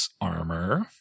armor